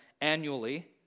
annually